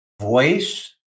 voice